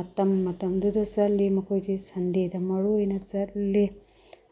ꯃꯇꯝ ꯃꯇꯝꯗꯨꯗ ꯆꯠꯂꯤ ꯃꯈꯣꯏꯁꯤ ꯁꯟꯗꯦꯗ ꯃꯔꯨ ꯑꯣꯏꯅ ꯆꯠꯂꯤ